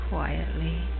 Quietly